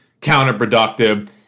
counterproductive